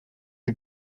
die